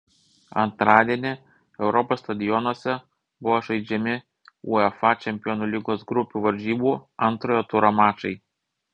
antradienį europos stadionuose buvo žaidžiami uefa čempionų lygos grupių varžybų antrojo turo mačai